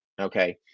Okay